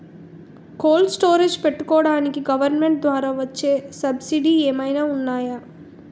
Cold storage పెట్టుకోడానికి government ద్వారా వచ్చే సబ్సిడీ ఏమైనా ఉన్నాయా?